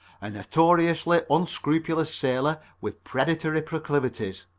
a notoriously unscrupulous sailor with predatory proclivities.